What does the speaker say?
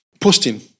posting